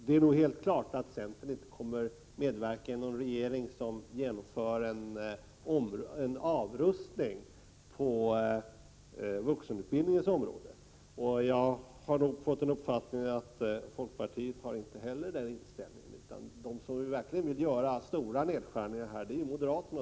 Det är helt klart att centern inte kommer att medverka i en regering som genomför en avrustning på vuxenutbildningens område. Jag har fått uppfattningen att folkpartiet inte heller har en sådan inställning. De som verkligen vill göra stora nedskärningar på detta område är moderaterna.